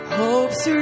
hope's